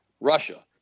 Russia